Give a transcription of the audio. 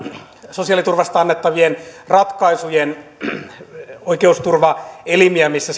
sosiaaliturvasta annettavien ratkaisujen oikeusturvaelimiä missä